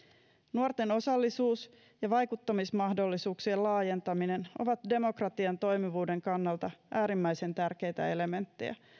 nuorten osallisuus ja vaikuttamismahdollisuuksien laajentaminen ovat demokratian toimivuuden kannalta äärimmäisen tärkeitä elementtejä